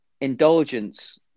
indulgence